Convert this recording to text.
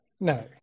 no